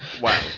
Wow